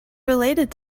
related